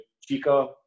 Chica